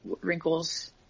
wrinkles